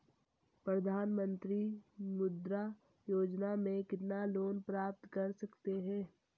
प्रधानमंत्री मुद्रा योजना में कितना लोंन प्राप्त कर सकते हैं?